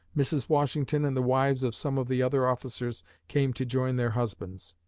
mrs. washington and the wives of some of the other officers came to join their husbands.